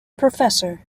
professor